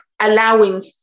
allowing